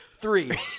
Three